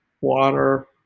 water